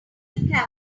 calendar